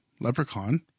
Leprechaun